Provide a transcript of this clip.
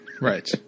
Right